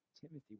Timothy